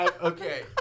Okay